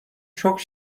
çok